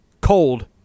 cold